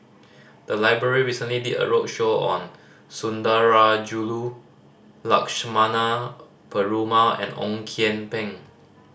the library recently did a roadshow on Sundarajulu Lakshmana Perumal and Ong Kian Peng